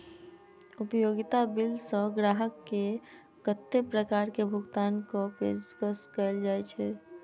उपयोगिता बिल सऽ ग्राहक केँ कत्ते प्रकार केँ भुगतान कऽ पेशकश कैल जाय छै?